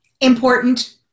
important